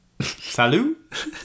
Salut